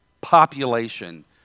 population